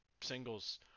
singles